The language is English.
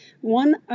One